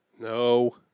No